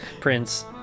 prince